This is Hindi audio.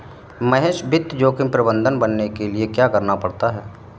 महेश वित्त जोखिम प्रबंधक बनने के लिए क्या करना पड़ता है?